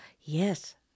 yes